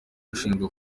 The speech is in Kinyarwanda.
ushinjwa